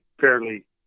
fairly